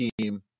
team